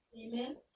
amen